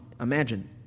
imagine